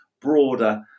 broader